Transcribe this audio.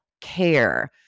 care